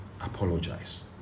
apologize